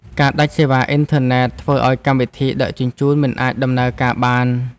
ការដាច់សេវាអ៊ីនធឺណិតធ្វើឱ្យកម្មវិធីដឹកជញ្ជូនមិនអាចដំណើរការបាន។